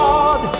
God